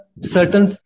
certain